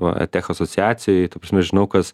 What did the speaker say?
va tech asociacijoj ta prasme žinau kas